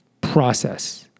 process